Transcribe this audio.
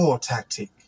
tactic